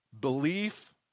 belief